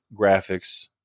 graphics